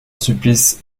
sulpice